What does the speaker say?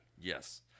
Yes